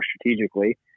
strategically